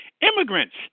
immigrants